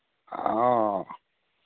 ᱦᱚᱸ